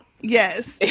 yes